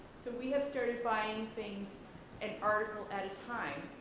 so we have started buying things an article at a time,